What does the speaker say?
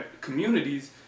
communities